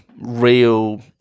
real